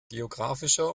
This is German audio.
geographischer